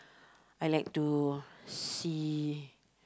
I like to see